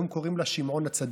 היום קוראים לה שמעון הצדיק.